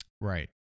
right